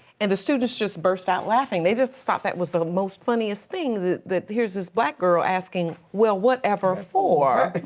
and the students just burst out laughing. and they just thought that was the most funniest thing, that that here's this black girl asking, well whatever for?